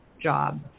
job